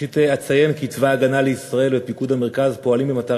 ראשית אציין כי צבא הגנה לישראל ופיקוד המרכז פועלים במטרה